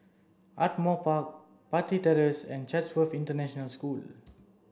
Ardmore Park Parry Terrace and Chatsworth International School